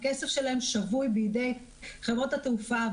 הכסף שלהם שבוי בידי חברות התעופה,